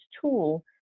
tool